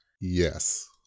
yes